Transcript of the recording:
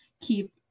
keep